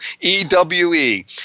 E-W-E